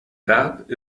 verb